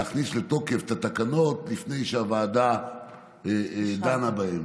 אפשרות להכניס את התקנות לתוקף לפני שהוועדה דנה בהן.